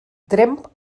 tremp